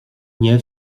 nie